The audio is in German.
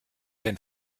den